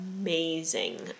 amazing